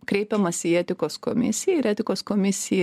kreipiamasi į etikos komisiją ir etikos komisija